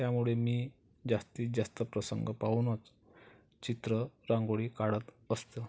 त्यामुळे मी जास्तीत जास्त प्रसंग पाहूनच चित्र रांगोळी काढत असतो